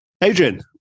Adrian